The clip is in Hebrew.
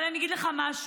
אבל אני אגיד לך משהו: